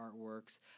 artworks